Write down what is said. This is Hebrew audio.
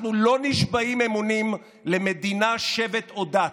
אנחנו לא נשבעים אמונים למדינה, שבט או דת.